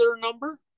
number